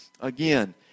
Again